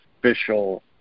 official